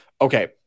okay